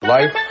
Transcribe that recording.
Life